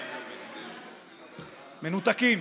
מנותקים.